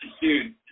dude